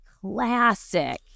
classic